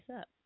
up